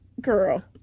girl